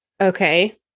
Okay